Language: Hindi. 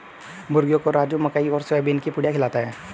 मुर्गियों को राजू मकई और सोयाबीन की पुड़िया खिलाता है